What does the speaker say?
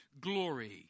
glory